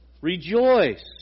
Rejoice